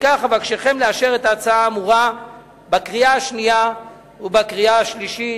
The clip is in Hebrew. לפיכך אבקשכם לאשר את ההצעה האמורה בקריאה השנייה ובקריאה השלישית.